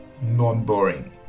non-boring